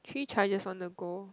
three charges on the go